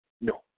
No